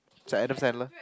is that Adam-Sandler